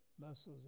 muscles